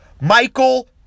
Michael